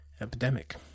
epidemic